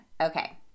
Okay